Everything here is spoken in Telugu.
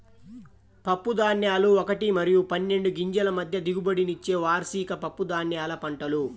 పప్పుధాన్యాలు ఒకటి మరియు పన్నెండు గింజల మధ్య దిగుబడినిచ్చే వార్షిక పప్పుధాన్యాల పంటలు